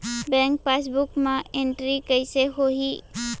Bank passbook मा entry कइसे होही?